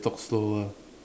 talk slower